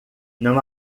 não